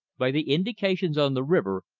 by the indications on the river,